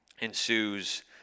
ensues